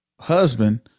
husband